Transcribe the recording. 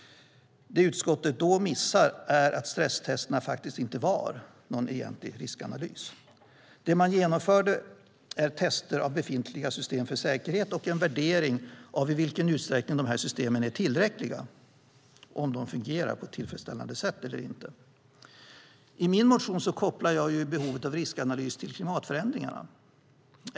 Det utskottet då missar är att stresstesterna inte var någon egentlig riskanalys. Det man har genomfört är tester av befintliga system för säkerhet och en värdering av i vilken utsträckning de systemen är tillräckliga och om de fungerar på ett tillfredsställande sätt eller inte. I min motion kopplar jag behovet av riskanalys till klimatförändringarna.